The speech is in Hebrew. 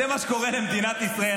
זה מה שקורה במדינת ישראל.